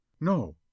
No